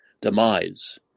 demise